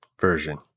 version